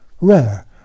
rare